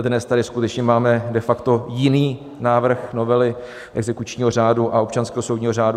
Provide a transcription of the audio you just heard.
Dnes tady skutečně máme de facto jiný návrh novely exekučního řádu a občanského soudního řádu.